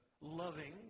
loving